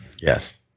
Yes